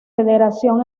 federación